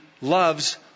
loves